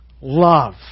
Love